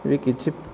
ଏଇ କିଛି